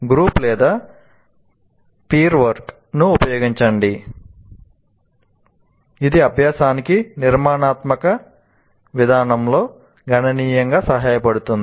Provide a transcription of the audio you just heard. group లేదా pair work ని ఉపయోగించండి ఇది అభ్యాసానికి నిర్మాణాత్మక విధానంలో గణనీయంగా సహాయపడుతుంది